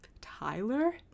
tyler